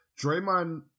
Draymond